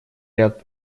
ряд